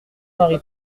marie